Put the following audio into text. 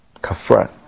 Kafra